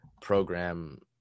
program